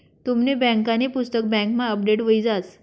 तुमनी बँकांनी पुस्तक बँकमा अपडेट हुई जास